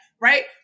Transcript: right